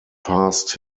past